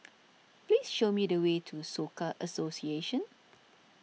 please show me the way to Soka Association